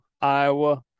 Iowa